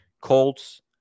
Colts